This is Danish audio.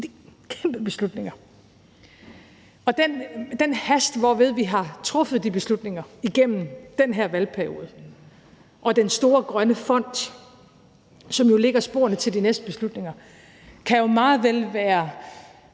Det er kæmpe beslutninger. Og den valgperiode, hvor vi har truffet de beslutninger og beslutningen om den store grønne fond, som jo lægger sporene til de næste beslutninger, kan jo meget vel være,